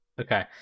okay